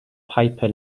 piper